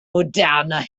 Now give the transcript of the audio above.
moderner